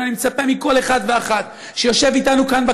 אני מצפה מכל אחד ואחת שיושבים אתנו כאן,